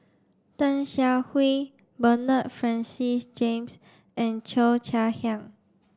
Tan Siah Kwee Bernard Francis James and Cheo Chai Hiang